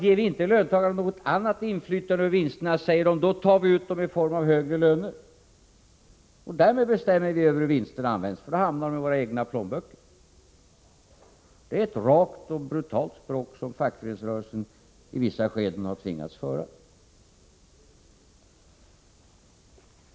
Ger vi inte löntagarna något annat inflytande över vinsterna tar de ut dem i form av högre löner. Därmed bestämmer de hur vinsterna används genom att de hamnar i deras egna plånböcker. Det är ett rakt och brutalt språk som fackföreningsrörelsen i vissa skeden tvingas föra.